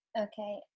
Okay